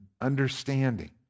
understanding